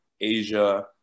Asia